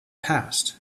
passed